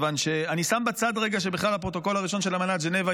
אני שם בצד רגע שבכלל הפרוטוקול הראשון של אמנת ז'נבה,